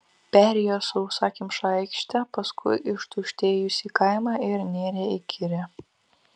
perėjo sausakimšą aikštę paskui ištuštėjusį kaimą ir nėrė į girią